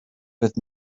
with